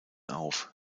auf